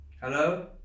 Hello